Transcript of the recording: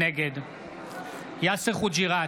נגד יאסר חוג'יראת,